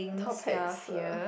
topics uh